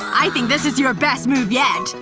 i think this is your best move yet!